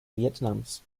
vietnams